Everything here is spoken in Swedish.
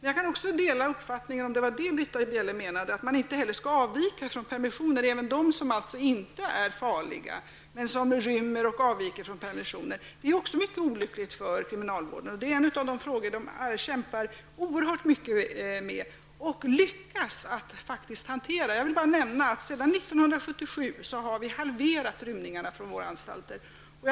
Jag kan också dela uppfattningen -- om det var det Britta Bjelle menade -- att inte heller de som inte är farliga inte skall kunna rymma genom att avvika från permissioner. Sådana avvikanden är också mycket olyckliga för kriminalvården. Det är en av de frågor som man kämpar oerhört mycket med och faktiskt lyckas att hantera. Jag vill bara nämna att antalet rymningar från våra anstalter har halverats sedan 1977.